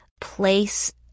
place